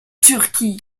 turquie